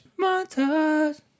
Montage